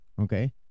Okay